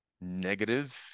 negative